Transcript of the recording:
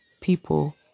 people